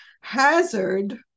Hazard